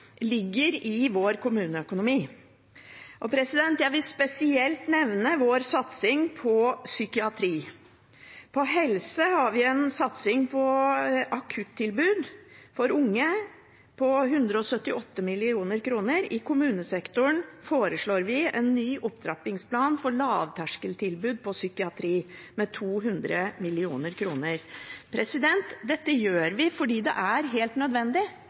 ligger i vår kommuneøkonomi. Jeg vil spesielt nevne satsingen på psykiatri. Innen helse har vi en satsing på akuttilbud for unge på 178 mill. kr. I kommunesektoren foreslår vi 200 mill. kr til en ny opptrappingsplan for lavterskeltilbud innen psykiatri. Dette gjør vi fordi det er helt nødvendig.